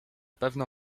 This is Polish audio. pewno